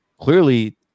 Clearly